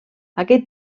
aquest